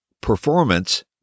performance